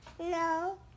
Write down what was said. No